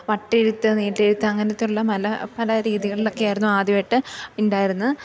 വട്ടെഴുത്ത് നീട്ടിയെഴുത്ത് അങ്ങനത്തെയുള്ള മല പല രീതികളൊക്കെയായിരുന്നു ആദ്യമായിട്ട് ഉണ്ടായിരുന്നു